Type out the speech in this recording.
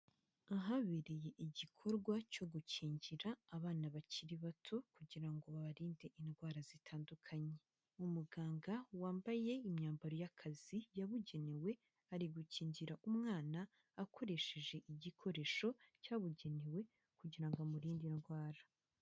Ahabereye igikorwa cyo gukingira abana bakiri bato kugira ngo babarinde indwara zitandukanye, umuganga wambaye imyambaro y'akazi yabugenewe, ari gukingira umwana akoresheje igikoresho cyabugenewe kugira ngo amurinde indwara.